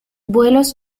vuelos